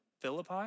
Philippi